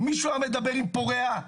מישהו היה מדבר עם פורע?